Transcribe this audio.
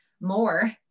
more